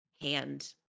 hand